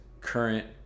current